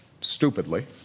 stupidly